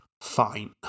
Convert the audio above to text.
fine